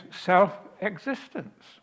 self-existence